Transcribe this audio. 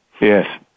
yes